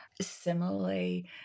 Similarly